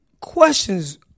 questions